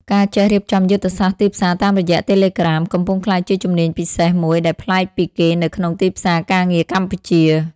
ការចេះរៀបចំយុទ្ធសាស្ត្រទីផ្សារតាមរយៈ Telegram កំពុងក្លាយជាជំនាញពិសេសមួយដែលប្លែកពីគេនៅក្នុងទីផ្សារការងារកម្ពុជា។